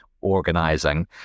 organizing